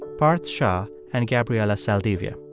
parth shah and gabriela saldivia.